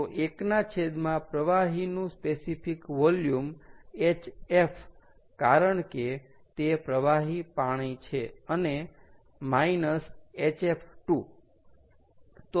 તો એકના છેદમાં પ્રવાહીનું સ્પેસિફિક વોલ્યુમ hf કારણ કે તે પ્રવાહી પાણી છે અને minus hf 2